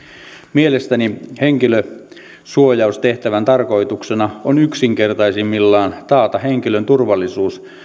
mielestäni henkilösuojaustehtävän tarkoituksena on yksinkertaisimmillaan taata henkilön turvallisuus